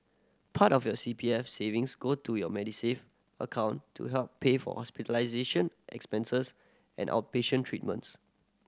part of your C P F savings go into your Medisave account to help pay for hospitalization expenses and outpatient treatments